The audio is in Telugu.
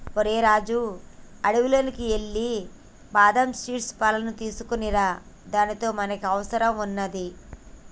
ఓరై రాజు అడవిలోకి ఎల్లి బాదం సీట్ల పాలును తీసుకోనిరా దానితో మనకి అవసరం వున్నాది